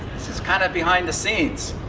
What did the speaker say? this is kind of behind-the-scenes,